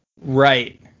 Right